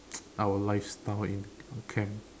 our lifestyle in camp